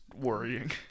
worrying